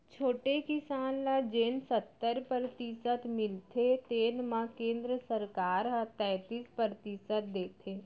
छोटे किसान ल जेन सत्तर परतिसत मिलथे तेन म केंद्र सरकार ह तैतीस परतिसत देथे